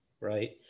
right